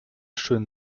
schön